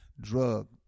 drug